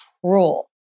cruel